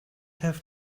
have